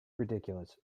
ridiculous